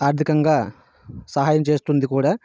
ఆర్థికంగా సహాయం చేస్తుంది కూడా